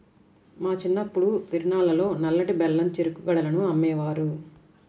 మా చిన్నప్పుడు తిరునాళ్ళల్లో నల్లటి బెల్లం చెరుకు గడలను అమ్మేవారు